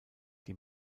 die